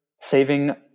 Saving